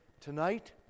tonight